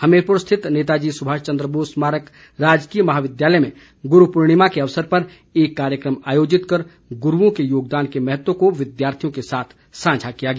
हमीरपुर स्थित नेता जी सुभाष चंद्र बोस स्मारक राजकीय महाविद्यालय में गुरू पूर्णिमा के अवसर पर एक कार्यक्रम आयोजित कर गुरू के योगदान के महत्व को विद्यार्थियों के साथ सांझा किया गया